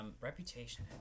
Reputation